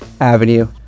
Avenue